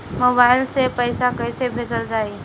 Mobile से पैसा कैसे भेजल जाइ?